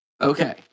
Okay